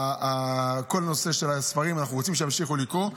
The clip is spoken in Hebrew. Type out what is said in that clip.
כל נושא הספרים, אנחנו רוצים שימשיכו לקרוא.